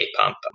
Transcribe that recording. pump